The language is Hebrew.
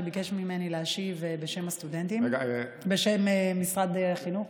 שביקש ממני להשיב בשם משרד החינוך.